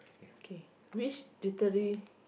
okay which literary~